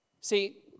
See